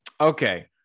okay